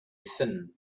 thin